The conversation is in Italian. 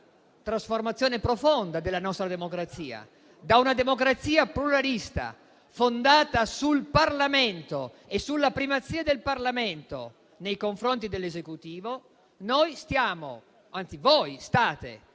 trasformazione profonda della nostra democrazia. Da una democrazia pluralista fondata sul Parlamento e sulla primazia del Parlamento nei confronti dell'Esecutivo, noi stiamo, anzi voi state